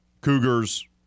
Cougars